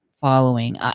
following